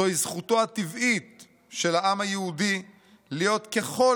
"זוהי זכותו הטבעית של העם היהודי להיות ככל